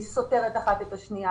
היא סותרת אחת את השנייה.